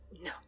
No